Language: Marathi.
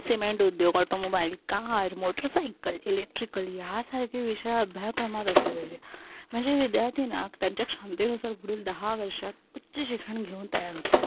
सिमेंट उद्योग ऑटोमोबाईल कार मोटरसायकल इलेक्ट्रिकल ह्यासारखे विषय अभ्यासक्रमात असले पाहिजे म्हणजे विद्यार्थी ना त्यांच्या क्षमतेनुसार पुढील दहा वर्षात उच्च शिक्षण घेऊन तयार होते